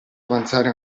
avanzare